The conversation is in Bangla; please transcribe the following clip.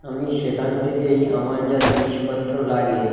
আমি সেখান থেকেই আমার যা জিনিসপত্র লাগে